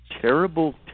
terrible